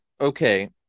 okay